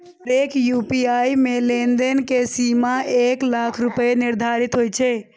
हरेक यू.पी.आई मे लेनदेन के सीमा एक लाख रुपैया निर्धारित होइ छै